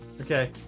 Okay